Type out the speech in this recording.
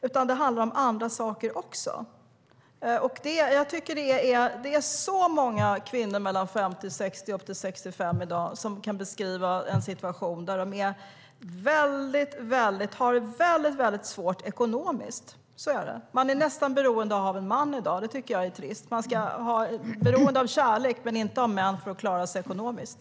Men det handlar om andra saker också. I dag är det många kvinnor mellan 50 och 60 och upp till 65 som kan beskriva en situation där de har det väldigt svårt ekonomiskt. Så är det. Man är nästan beroende av en man i dag. Det är trist. Man kan vara beroende av kärlek, men ska inte behöva vara beroende av en man för att klara sig ekonomiskt.